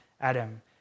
Adam